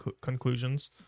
conclusions